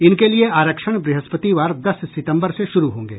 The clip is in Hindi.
इनके लिए आरक्षण बृहस्पतिवार दस सितंबर से शुरू होंगे